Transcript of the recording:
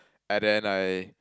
and then I